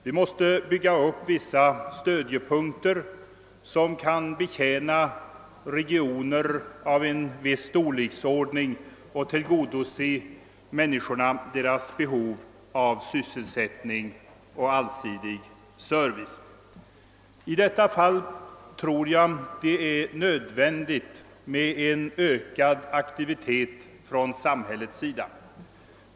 Vi måste bygga upp vissa stödjepunkter som kan betjäna regioner av en viss storleksordning och tillgodose människornas behov av sysselsättning och allsidig service. I detta avseende tror jag det är nödvändigt med en ökad aktivitet från samhällets sida.